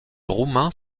roumain